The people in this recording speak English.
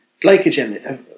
glycogen